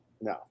no